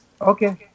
Okay